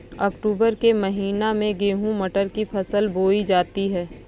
अक्टूबर के महीना में गेहूँ मटर की फसल बोई जाती है